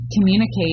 communicate